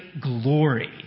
glory